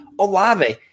Olave